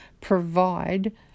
provide